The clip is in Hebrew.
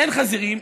אין חזירים,